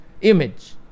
image